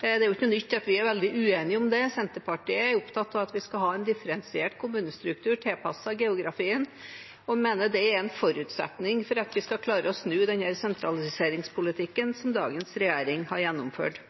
Det er jo ikke noe nytt at vi er veldig uenige om det. Senterpartiet er opptatt av at vi skal ha en differensiert kommunestruktur tilpasset geografien og mener det er en forutsetning for at vi skal klare å snu denne sentraliseringspolitikken som dagens regjering har gjennomført.